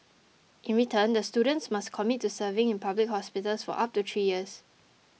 in return the students must commit to serving in public hospitals for up to three years